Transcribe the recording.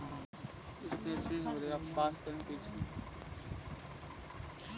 का हमर उ कंपनी पर अधिक निवेश करल सही रहतई?